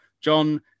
John